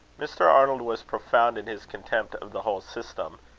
mr. arnold was profound in his contempt of the whole system,